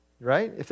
Right